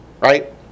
Right